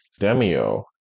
Demio